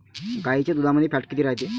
गाईच्या दुधामंदी फॅट किती रायते?